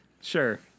Sure